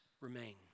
remain